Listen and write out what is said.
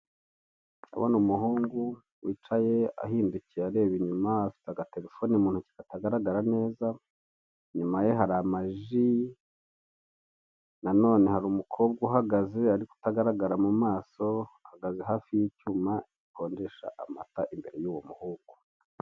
Kubona umuhungu wicaye ahindukiye areba inyuma afite agaterefoni mu ntoki katagaragara neza, inyuma ye hari amaji, nanone hari umukobwa uhagaze ariko utagaragar mu maso ahagaze hafi y'icyuma gikonjesha amata iruhande rw'uwo muhungu.